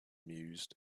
mused